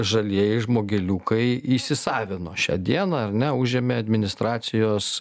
žalieji žmogeliukai įsisavino šią dieną ar ne užėmė administracijos